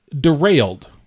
derailed